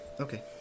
okay